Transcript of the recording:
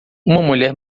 mulher